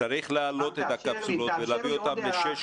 צריך להעלות את הקפסולות לשש.